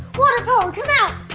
water power come out!